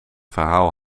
verhaal